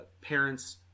parents